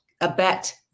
abet